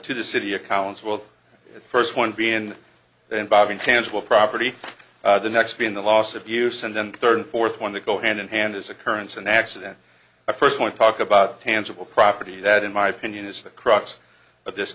to the city accountable first one being the involving tangible property the next being the loss of use and then third and fourth when the go hand in hand is occurrence an accident i first want to talk about tangible property that in my opinion is the crux of this